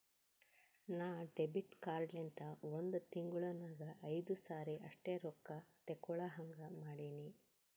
ನಾ debit card ಲಿಂತ ಒಂದ್ ತಿಂಗುಳ ನಾಗ್ ಐಯ್ದು ಸರಿ ಅಷ್ಟೇ ರೊಕ್ಕಾ ತೇಕೊಳಹಂಗ್ ಮಾಡಿನಿ